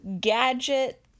Gadget